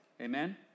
Amen